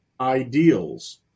ideals